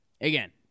again